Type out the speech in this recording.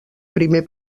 primer